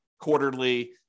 quarterly